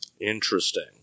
Interesting